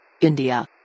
India